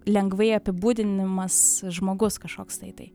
lengvai apibūdinimas žmogus kažkoks tai tai